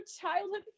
childhood